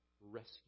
rescue